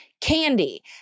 candy